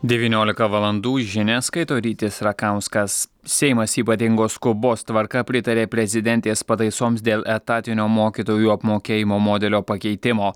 devyniolika valandų žinias skaito rytis rakauskas seimas ypatingos skubos tvarka pritarė prezidentės pataisoms dėl etatinio mokytojų apmokėjimo modelio pakeitimo